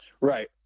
Right